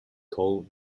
call